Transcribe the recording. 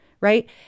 right